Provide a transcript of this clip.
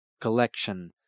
collection